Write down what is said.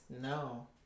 No